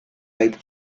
ripe